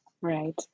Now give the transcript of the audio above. Right